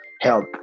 help